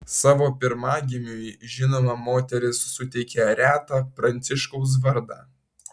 savo pirmagimiui žinoma moteris suteikė retą pranciškaus vardą